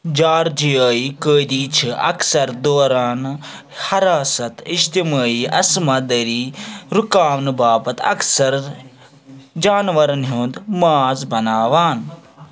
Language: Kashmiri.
جارجیایی قٲدی چھِ اَكثر دورانہِ حراست اجتمٲعی عصمت دٔری رُکاونہٕ باپتھ اَکثَر جانورن ہُنٛد ماز بناوان